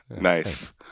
nice